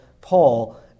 Paul